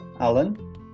Alan